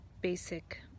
basic